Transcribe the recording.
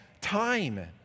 time